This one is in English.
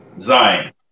Zion